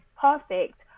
perfect